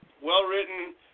well-written